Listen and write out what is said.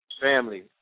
Family